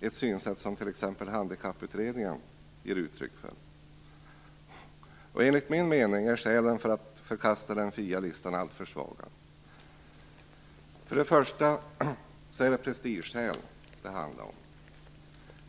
Det är ett synsätt som t.ex. Handikapputredningen ger uttryck för. Enligt min mening är skälen för att förkasta den fria listan alltför svaga. För det första handlar det om prestigeskäl.